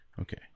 Okay